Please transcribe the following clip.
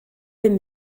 bum